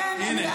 הינה,